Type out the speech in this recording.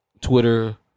Twitter